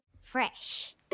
Fresh